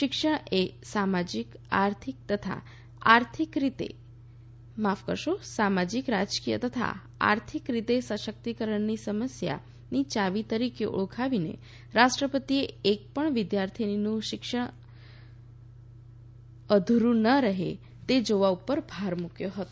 શિક્ષણ એ સામાજિક રાજકીય તથા આર્થિક રીતે સશક્તિકરણની સમસ્યાની ચાવી તરીકે ઓળખાવીને ઉપરાષ્ટ્રપતિએ એક પણ વિદ્યાર્થીનીનું શિક્ષણ અધુરે ન રહે તે જોવા ઉપર ભાર મૂક્યો હતો